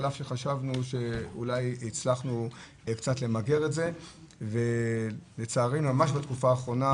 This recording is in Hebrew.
על אף שחשבנו שאולי הצלחנו קצת למגר את זה ולצערנו ממש בתקופה האחרונה,